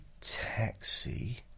taxi